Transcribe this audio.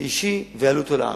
אישי ויעלו אותו לארץ.